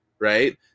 right